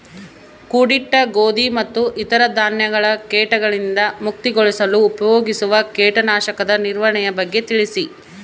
ಕೂಡಿಟ್ಟ ಗೋಧಿ ಮತ್ತು ಇತರ ಧಾನ್ಯಗಳ ಕೇಟಗಳಿಂದ ಮುಕ್ತಿಗೊಳಿಸಲು ಉಪಯೋಗಿಸುವ ಕೇಟನಾಶಕದ ನಿರ್ವಹಣೆಯ ಬಗ್ಗೆ ತಿಳಿಸಿ?